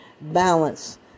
balance